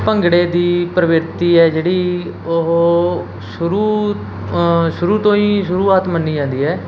ਭੰਗੜੇ ਦੀ ਪ੍ਰਵਿਰਤੀ ਹੈ ਜਿਹੜੀ ਉਹ ਸ਼ੁਰੂ ਸ਼ੁਰੂ ਤੋਂ ਹੀ ਸ਼ੁਰੂਆਤ ਮੰਨੀ ਜਾਂਦੀ ਹੈ